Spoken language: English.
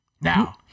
Now